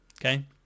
Okay